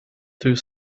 through